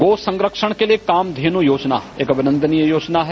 गो संरक्षण के लिये कामधेनु योजना एक अभिनन्दनीय योजना है